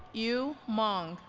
yu meng